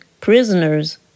prisoners